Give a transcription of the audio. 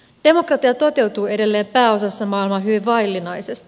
demokratia toteutuu edelleen pääosassa maailmaa hyvin vaillinaisesti